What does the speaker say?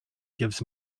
gives